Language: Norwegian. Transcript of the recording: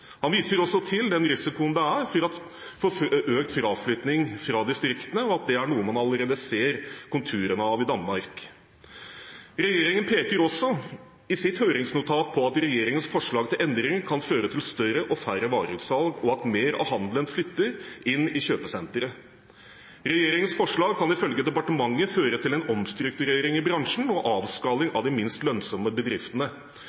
Han viser også til den risikoen det er for økt fraflytting fra distriktene, og at det er noe man allerede ser konturene av i Danmark. Regjeringen peker også i sitt høringsnotat på at regjeringens forslag til endringer kan føre til større og færre vareutsalg, og at mer av handelen flytter inn i kjøpesentre. Regjeringens forslag kan ifølge departementet føre til en omstrukturering i bransjen og en avskalling av de minst lønnsomme bedriftene.